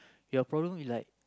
your problem is like